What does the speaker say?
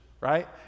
right